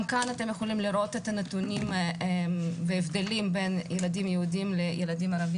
גם כאן אתם יכולים לראות את הנתונים וההבדלים בין ילדים יהודים לערבים,